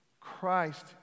Christ